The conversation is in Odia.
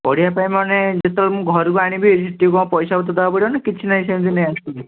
ପଢ଼ିବା ପାଇଁ ମାନେ ଯେତେବେଳେ ମୁଁ ଘରକୁ ଆଣିବି ସେଟି କ'ଣ ପଇସାପତ୍ର ଦେବାକୁ ପଡ଼ିବ ନା କିଛି ନାହିଁ ସେମିତି ନେଇ ଆସିବି